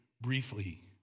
briefly